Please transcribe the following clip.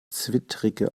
zwittrige